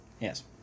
Yes